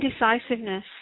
indecisiveness